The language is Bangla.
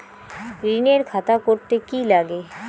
ঋণের খাতা করতে কি লাগে?